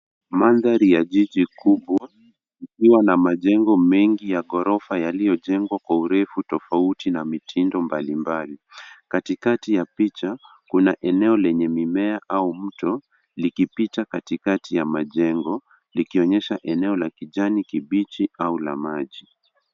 Mandhari ya jiji kubwa likiwa na majengo mingi ya ghorofa yaliyojengwa kwa urefu tofauti na mitindo mbali mbali . Katikati ya picha kuna eneo lenye mimmea au mto likipita katikati ya majengo yakionyesha eneo la kijani kibichi au la maji.